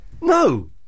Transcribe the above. No